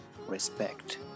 respect